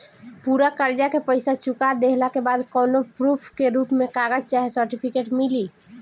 पूरा कर्जा के पईसा चुका देहला के बाद कौनो प्रूफ के रूप में कागज चाहे सर्टिफिकेट मिली?